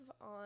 on